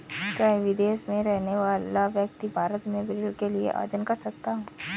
क्या विदेश में रहने वाला व्यक्ति भारत में ऋण के लिए आवेदन कर सकता है?